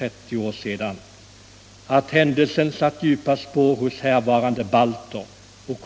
Allmänpolitisk debatt SS Allmänpolitisk debatt